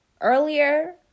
Earlier